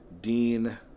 dean